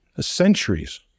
centuries